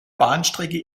bahnstrecke